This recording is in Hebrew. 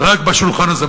רק בשולחן הזה,